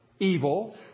evil